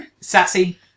Sassy